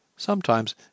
Sometimes